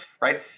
right